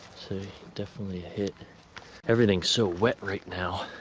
definitely hit everything's so wet right now